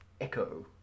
echo